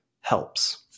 helps